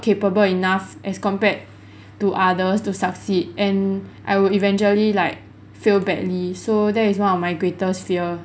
capable enough as compared to others to succeed and I would eventually like fail badly so that is one of my greatest fear